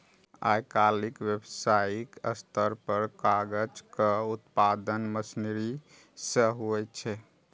आइकाल्हि व्यावसायिक स्तर पर कागजक उत्पादन मशीनरी सं होइ छै